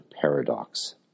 paradox